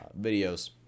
videos